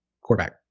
quarterback